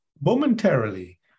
momentarily